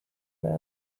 man